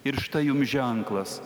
ir štai jum ženklas